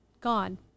gone